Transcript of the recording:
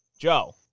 Joe